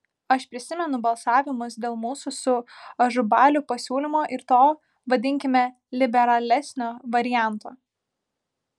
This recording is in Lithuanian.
aš prisimenu balsavimus dėl mūsų su ažubaliu pasiūlymo ir to vadinkime liberalesnio varianto